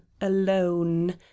alone